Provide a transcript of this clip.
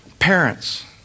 Parents